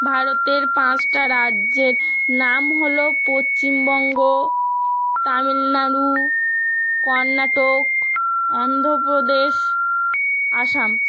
ভারতের পাঁচটা রাজ্যের নাম হলো পশ্চিমবঙ্গ তামিলনাড়ু কর্ণাটক অন্ধ্রপ্রদেশ আসাম